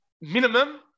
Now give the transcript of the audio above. minimum